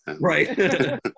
Right